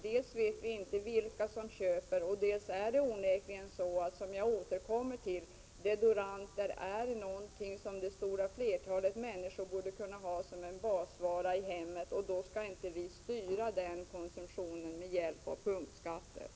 Dels vet vi inte vilka som köper, dels är det onekligen så — jag återkommer till det — att deodoranter är någonting som det stora flertalet människor borde kunna ha som en basvara i hemmet. Då skall vi inte styra den konsumtionen med hjälp 85 av punktskatter.